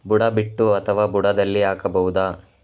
ಬುಡ ಬಿಟ್ಟು ಅಥವಾ ಬುಡದಲ್ಲಿ ಹಾಕಬಹುದಾ?